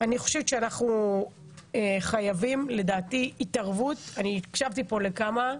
ואני יודעת שאנחנו כל הזמן מתעסקים בהווה,